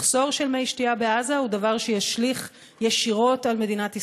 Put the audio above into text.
מחסור של מי שתייה בעזה הוא דבר שישליך ישירות על מדינת ישראל,